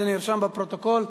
זה נרשם בפרוטוקול.